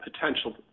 potential